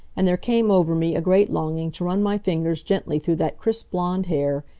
and there came over me a great longing to run my fingers gently through that crisp blond hair,